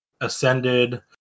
ascended